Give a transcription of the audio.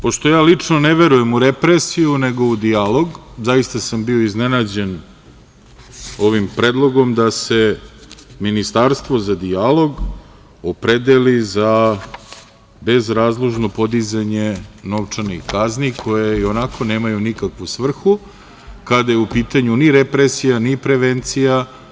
Pošto ja lično ne verujem u represiju, nego u dijalog, zaista sam bio iznenađen ovim predlogom da se Ministarstvo za dijalog opredeli za bezrazložno podizanje novčanih kazni koje i onako nemaju nikakvu svrhu, kada je u pitanju ni represija, ni prevencija.